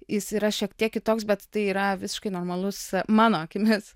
jis yra šiek tiek kitoks bet tai yra visiškai normalus mano akimis